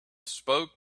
spoke